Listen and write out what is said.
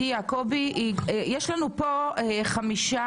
יש לנו את אביבה.